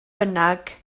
bynnag